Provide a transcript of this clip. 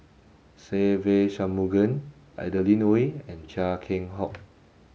Se Ve Shanmugam Adeline Ooi and Chia Keng Hock